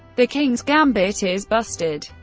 the king's gambit is busted.